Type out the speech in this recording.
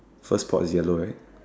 first pot is yellow right